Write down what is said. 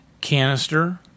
Canister